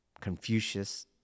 Confucius